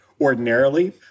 ordinarily